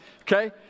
Okay